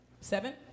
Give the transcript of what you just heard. Seven